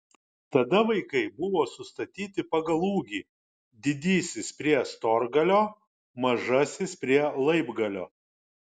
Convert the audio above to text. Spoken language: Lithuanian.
tada vaikai buvo sustatyti pagal ūgį didysis prie storgalio mažasis prie laibgalio